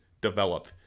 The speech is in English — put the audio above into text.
develop